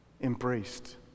embraced